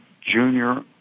junior